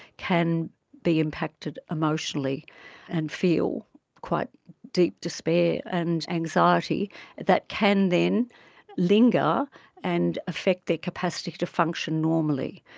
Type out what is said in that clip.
can be impacted emotionally and feel quite deep despair and anxiety that can then linger and affect their capacity to function normally.